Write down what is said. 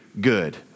good